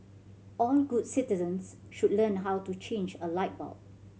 all good citizens should learn how to change a light bulb